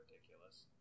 ridiculous